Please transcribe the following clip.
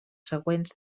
següents